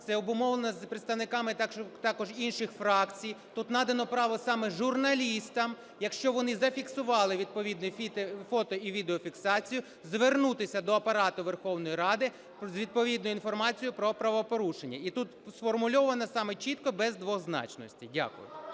це обумовлено з представниками також інших фракцій. Тут надано право саме журналістам, якщо вони зафіксували відповідну фото- і відеофіксацію, звернутися до Апарату Верховної Ради з відповідною інформацією про правопорушення. І тут сформульоване саме чітко, без двозначностей. Дякую.